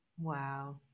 wow